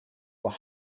were